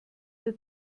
der